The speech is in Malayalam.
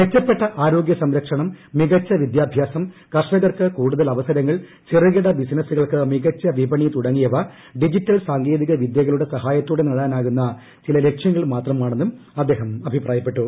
മെച്ചപ്പെട്ട ആരോഗ്യ സംരക്ഷണം മികച്ച വിദ്യാഭ്യാസം കർഷകർക്ക് കൂടുതൽ അവസരങ്ങൾ ചെറുകിട ബിസിനസുകൾക്ക് മികച്ച വിപണി തുടങ്ങിയവ ഡിജിറ്റൽ സാങ്കേതികവിദ്യകളുടെ സഹായത്തോട്ട് നേടാനാകുന്ന ചില ലക്ഷ്യങ്ങൾ മാത്രമാണെന്നും അദ്ദേഹം അഭിപ്രായപ്പെട്ടു